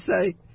say